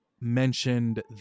mentioned